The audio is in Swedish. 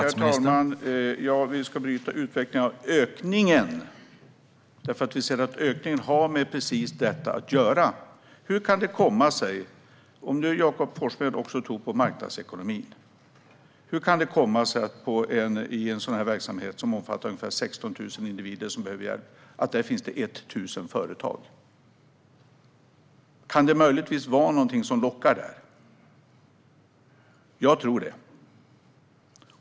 Herr talman! Vi ska bryta utvecklingen av ökningen , eftersom vi ser att ökningen har med precis detta att göra. Om Jakob Forssmed också tror på marknadsekonomin, hur kan det då komma sig att det i en sådan här verksamhet som omfattar ungefär 16 000 individer som behöver hjälp finns 1 000 företag? Kan det möjligtvis vara något som lockar där? Jag tror det.